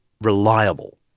reliable